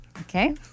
Okay